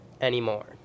anymore